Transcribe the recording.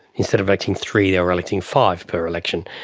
instead of electing three they were electing five per election.